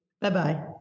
Bye-bye